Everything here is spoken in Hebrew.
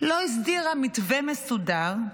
לא הסדירה מתווה מסודר.